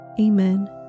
Amen